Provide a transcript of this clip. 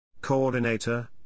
Coordinator